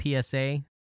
PSA